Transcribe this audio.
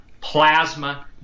plasma